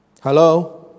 Hello